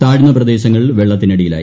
താഴ്ന്ന പ്രദേശങ്ങൾ വെള്ളത്തിനടിയിലായി